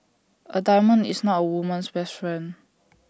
A diamond is not A woman's best friend